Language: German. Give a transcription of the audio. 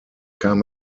kam